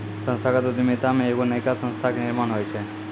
संस्थागत उद्यमिता मे एगो नयका संस्था के निर्माण होय छै